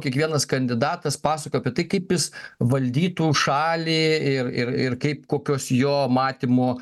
kiekvienas kandidatas pasakojo apie tai kaip jis valdytų šalį ir ir ir kaip kokios jo matymo